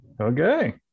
Okay